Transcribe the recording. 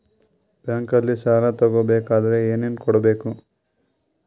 ಬ್ಯಾಂಕಲ್ಲಿ ಸಾಲ ತಗೋ ಬೇಕಾದರೆ ಏನೇನು ಕೊಡಬೇಕು?